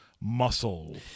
Muscle